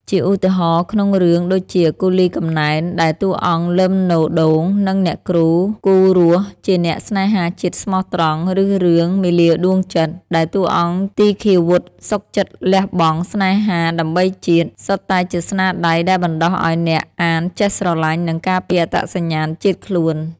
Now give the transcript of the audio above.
ជាឧទាហរណ៍ ក្នុងរឿងដូចជា «គូលីកំណែន» ដែលតួអង្គ លឹម នូ ដូង និងអ្នកគ្រូ គូរស់ ជាអ្នកស្នេហាជាតិស្មោះត្រង់ ឬរឿង «មាលាដួងចិត្ត» ដែលតួអង្គទីឃាវុធសុខចិត្តលះបង់ស្នេហាដើម្បីជាតិ សុទ្ធតែជាស្នាដៃដែលបណ្តុះឱ្យអ្នកអានចេះស្រឡាញ់ និងការពារអត្តសញ្ញាណជាតិខ្លួន។